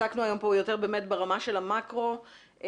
עסקנו פה היום יותר באמת ברמה של המקרו ועכשיו